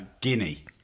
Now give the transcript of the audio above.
Guinea